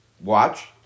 watch